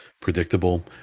predictable